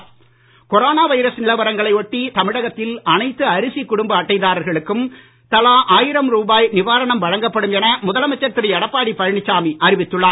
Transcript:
Edappadi corona virus நிலவரங்களை ஒட்டி தமிழகத்தில் அனைத்து அரிசிக் குடும்ப அட்டை தாரர்களுக்கும் தலா ஆயிரம் ரூபாய் நிவாரணம் வழங்கப்படும் என முதலமைச்சர் திரு எடப்பாடி பழனிசாமி அறிவித்துள்ளார்